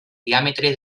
diàmetre